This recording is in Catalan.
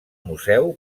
museu